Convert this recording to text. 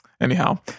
Anyhow